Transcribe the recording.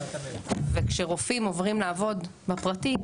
וכשרופאים עוברים לעבוד בפרטי,